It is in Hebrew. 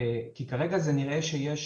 כי כרגע נראה שיש